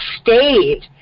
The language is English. stayed